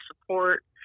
support